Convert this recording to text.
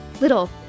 little